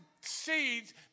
seeds